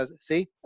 See